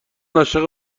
عاشق